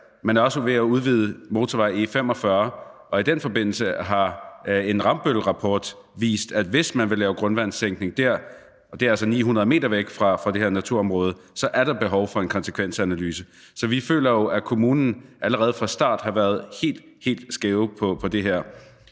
er også ved at udvide motorvej E 45, og i den forbindelse har en Rambøllrapport vist, at hvis man vil lave grundvandssænkning dér – og det er altså 900 m væk fra det her naturområde – er der behov for en konsekvensanalyse. Så vi føler jo, at kommunen allerede fra start har været helt, helt